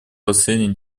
последние